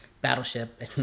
battleship